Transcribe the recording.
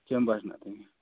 chamber ᱦᱮᱱᱟᱜ ᱛᱤᱧᱟᱹ